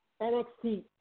NXT